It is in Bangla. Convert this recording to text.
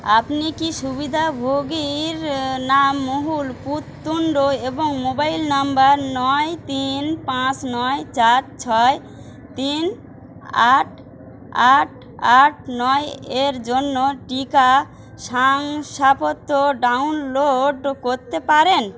আপনি কি সুবিধাভোগীর নাম মহুল পুত্তুণ্ড এবং মোবাইল নাম্বার নয় তিন পাঁচ নয় চার ছয় তিন আট আট আট নয় এর জন্য টিকা শংসাপত্র ডাউনলোড করতে পারেন